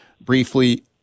briefly